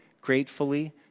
gratefully